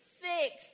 Six